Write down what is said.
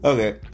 Okay